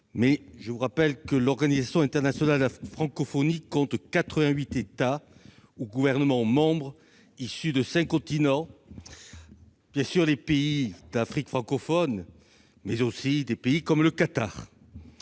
Rappelons cependant que l'Organisation internationale de la francophonie compte 88 États ou gouvernements membres, issus de cinq continents. Il y a bien entendu les pays d'Afrique francophone, mais aussi des pays comme le Qatar.